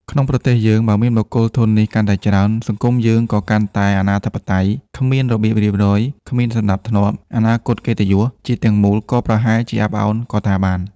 ក្នុងប្រទេសយើងបើមានបុគ្គលធន់នេះកាន់តែច្រើន សង្គមយើងក៏កាន់តែអនាធិបតេយ្យ គ្មានរបៀបរៀបរយ គ្មានសណ្តាប់ធ្នាប់ អនាគតកិត្តិយស ជាតិទាំងមូលក៏ប្រហែលជាអាប់ឱនក៏ថាបាន។